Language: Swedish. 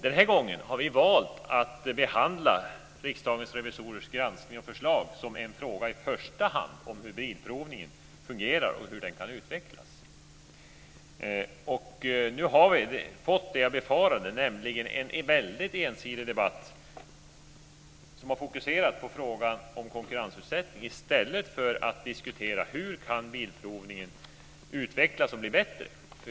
Den här gången har vi valt att behandla Riksdagens revisorers granskning och förslag som en fråga i första hand om hur bilprovningen fungerar och hur den kan utvecklas. Nu har vi fått det som jag befarade, nämligen en väldigt ensidig debatt där man har fokuserat på frågan om konkurrensutsättning i stället för att diskutera hur bilprovningen kan utvecklas och bli bättre.